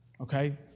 okay